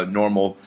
normal